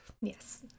yes